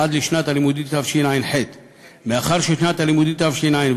עד שנת הלימודים התשע"ח.